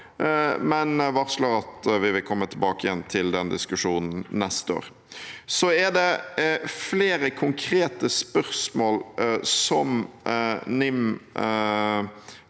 men varsler at vi vil komme tilbake igjen til den diskusjonen neste år. Så er det flere konkrete spørsmål som NIM